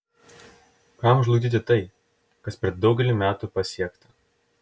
kam žlugdyti tai kas per daugelį metų pasiekta